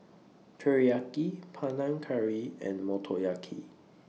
Teriyaki Panang Curry and Motoyaki